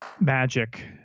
magic